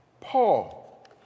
Paul